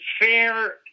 fair